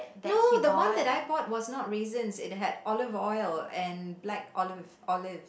no the one that I brought was not raisins it had olive oil and black olive olive